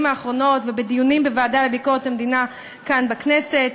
האחרונות ובדיונים בוועדה לביקורת המדינה כאן בכנסת.